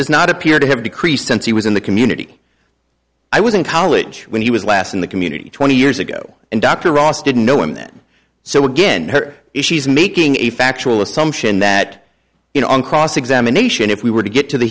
does not appear to have decreased since he was in the community i was in college when he was last in the community twenty years ago and dr ross didn't know him then so again here is she's making a factual assumption that you know on cross examination if we were to get to the